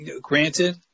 granted